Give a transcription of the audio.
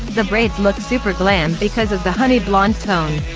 the braids look super glam because of the honey blonde tone.